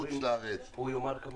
אני מבקש מהשרה שתקשיב לדברים שאני אומר,